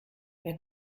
wer